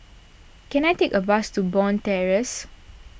can I take a bus to Bond Terrace